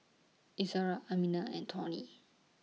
Izora Amina and Tawny